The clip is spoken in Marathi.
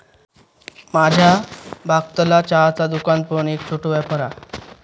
माझ्या भागतला चहाचा दुकान पण एक छोटो व्यापार हा